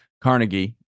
Carnegie